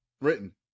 written